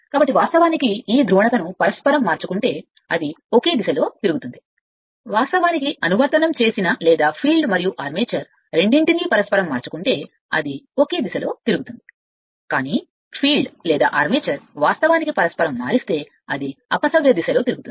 కాబట్టి వాస్తవానికి ఈ ధ్రువణతను పరస్పరం మార్చుకుంటే అది ఒకే దిశలో తిరుగుతుంది వాస్తవానికి అనువర్తనం చేసిన లేదా ఫీల్డ్ మరియు ఆర్మేచర్ రెండింటినీ పరస్పరం మార్చుకుంటే అది ఒకే దిశలో తిరుగుతుంది కానీ ఫీల్డ్ లేదా ఆర్మేచర్ వాస్తవానికి పరస్పరం మార్చుకుంటే అది అపసవ్య దిశ లో తిరుగుతుంది